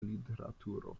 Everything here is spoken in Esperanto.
literaturo